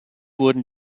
wurden